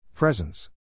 Presence